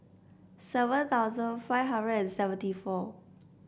seven thousand five hundred and seventy four